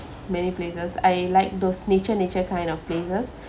many places I like those nature nature kind of places